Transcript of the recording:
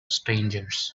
strangers